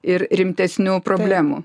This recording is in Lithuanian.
ir rimtesnių problemų